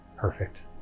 perfect